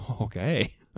Okay